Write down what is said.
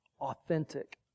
authentic